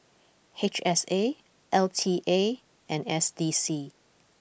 H S A L T A and S D C